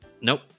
Nope